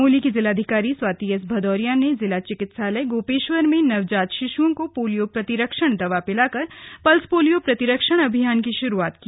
चमोली की जिलाधिकारी स्वाति एस भदौरिया ने जिला चिकित्सालय गोपेश्वर में नवजात शिश्ओं को पोलियो प्रतिरक्षण दवा पिलाकर पल्स पोलियो प्रतिरक्षण अभियान की शुरूआत की